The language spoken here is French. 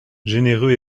généreux